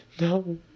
no